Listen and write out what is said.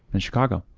in chicago.